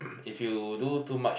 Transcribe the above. if you do too much